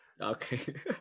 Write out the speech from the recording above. okay